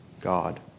God